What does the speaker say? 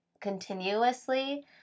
continuously